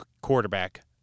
quarterback